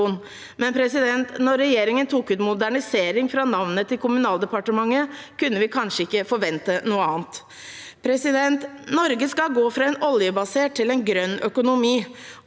Men når regjeringen tok ut modernisering fra navnet til Kommunaldepartementet, kunne vi kanskje ikke forvente noe annet. Norge skal gå fra en oljebasert til en grønn økonomi,